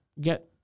get